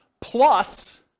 plus